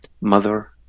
mother